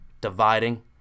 dividing